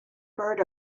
heard